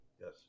yes